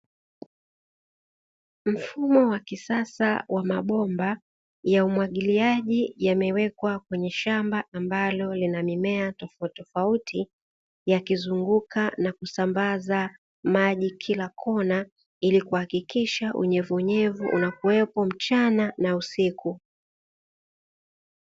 Mfumo wa kisasa wa mabomba ya umwagiliaji yamewekwa kwenye shamba ambalo lina mimea tofautitofauti, yakizunguka na kusambaza maji kila kona ili kuhakikisha unyevunyevu unakuwepo mchana hadi usiku.